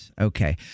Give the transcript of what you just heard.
Okay